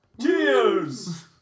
Cheers